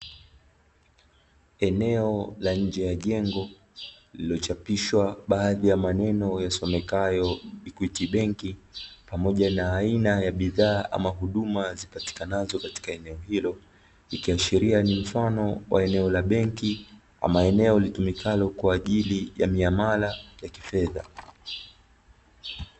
Eneo la nje ya jengo lililochapishwa baadhi ya maneno yasomekayo "EQUITY BANK" pamoja na aina ya bidhaa ama huduma zipatikanazo katika eneo hilo. Ikiashiria ni mfano wa eneo la benki ama eneo litumikayo kwa ajili ya miamala ya kifedha.